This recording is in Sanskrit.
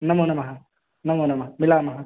नमो नमः नमो नमः मिलामः